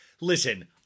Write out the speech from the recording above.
listen